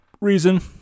reason